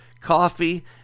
Coffee